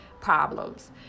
problems